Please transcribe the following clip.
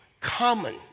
common